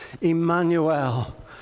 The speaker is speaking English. Emmanuel